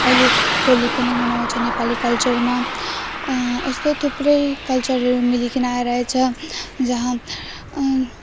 अहिले होली पनि मनाउँछ नेपाली कल्चरमा यस्तो थुप्रै कल्चरहरू मिलिकन आइरहेछ जहाँ